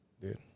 dude